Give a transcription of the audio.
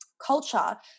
culture